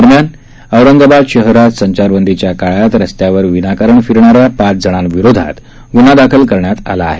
दरम्यान औरंगाबाद शहरात संचारबंदीच्या काळात रस्त्यावर विनाकारण फिरणाऱ्या पाच जणांविरोधात गुन्हा दाखल करण्यात आला आहे